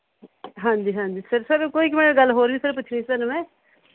ਹਾਂਜੀ ਹਾਂਜੀ sir sir ਕੋਈ ਇੱਕ ਮੈਂ ਗੱਲ ਹੋਰ ਵੀ ਸਰ ਪੁੱਛਣੀ ਸੀ ਤੁਹਾਨੂੰ ਮੈਂ